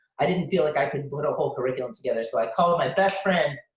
i didn't feel like i could put a whole curriculum together. so i called my best friend.